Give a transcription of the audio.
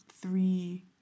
three